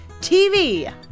TV